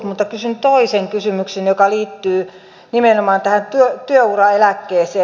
mutta kysyn toisen kysymyksen joka liittyy nimenomaan tähän työuraeläkkeeseen